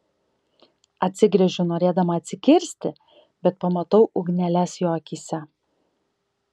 atsigręžiu norėdama atsikirsti bet pamatau ugneles jo akyse